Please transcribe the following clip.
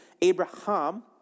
Abraham